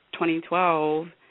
2012